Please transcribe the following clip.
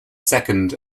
second